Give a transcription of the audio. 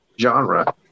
genre